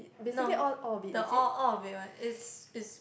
no the all all of it one it's it's